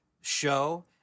show